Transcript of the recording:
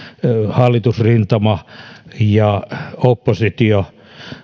hallitusrintama ja oppositio